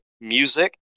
Music